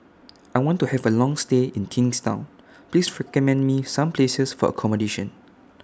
I want to Have A Long stay in Kingstown Please recommend Me Some Places For accommodation